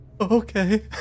Okay